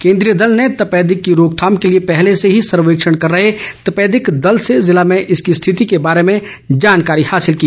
केंद्रीय दल ने तपेदिक की रोकथाम के लिए पहले से ही सर्वेक्षण कर रहे तपेदिक दल से जिले में इसकी स्थिति के बारे में जानकारी हासिल की